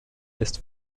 ist